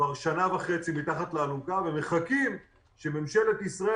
כבר שנה וחצי מתחת לאלונקה ומחכים שממשלת ישראל